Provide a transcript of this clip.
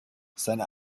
seine